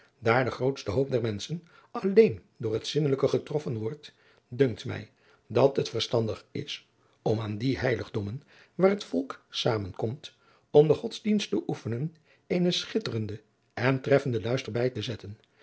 daar de grootste hoop der menschen alleen door het zinnelijke getroffen wordt dunkt mij dat het verstandig is om aan die heiligdommen waar het volk zamenkomt om den godsdienst te oefenen eenen schitterenden en treffenden luister bij te zetten